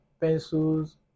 pencils